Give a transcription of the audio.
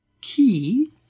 key